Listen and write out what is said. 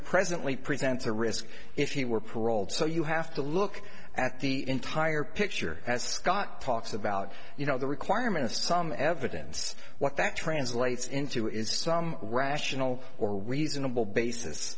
presently presents a risk if he were paroled so you have to look at the entire picture as scott talks about you know the requirement of some evidence what that translates into is some rational or reasonable basis